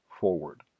forward